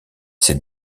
ces